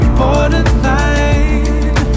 borderline